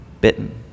bitten